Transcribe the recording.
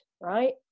right